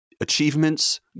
Achievements